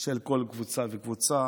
של כל קבוצה וקבוצה,